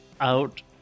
out